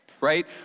right